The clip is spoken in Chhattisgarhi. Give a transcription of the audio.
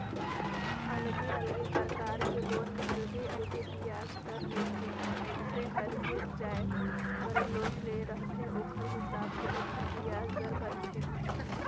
अलगे अलगे परकार के लोन में अलगे अलगे बियाज दर ह होथे, मइनसे हर जे जाएत बर लोन ले रहथे ओखर हिसाब ले ओखर बियाज दर बनथे